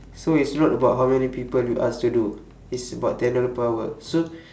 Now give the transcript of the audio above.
so it's not about how many people you ask to do is about ten dollar per hour so